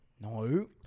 No